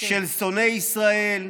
של שונאי ישראל,